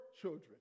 children